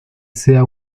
sea